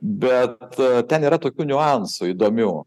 bet ten yra tokių niuansų įdomių